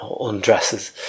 undresses